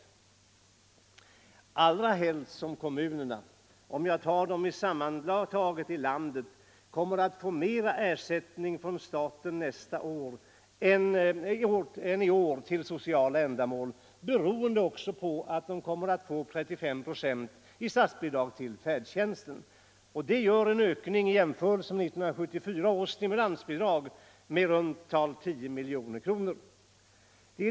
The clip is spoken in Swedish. Detta gäller allra helst som kommunerna sammanlagt kommer att få mera i ersättning från staten nästa år än i år till sociala ändamål, beroende på att de också kommer att få 35 procent till färdtjänsten. Det betyder i jämförelse med 1974 års stimulansbidrag en ökning med i runt tal 10 miljoner kronor.